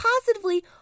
positively